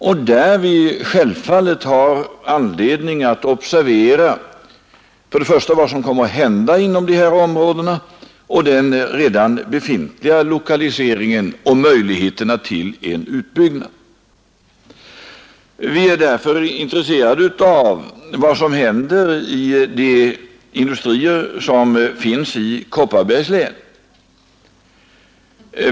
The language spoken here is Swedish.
Vi har därvid självfallet anledning att observera dels vad som kommer att hända inom dessa områden, dels också den redan befintliga lokaliseringen och möjligheterna till en utbyggnad av denna. Vi är därför intresserade av vad som händer i de industrier som finns i Kopparbergs län.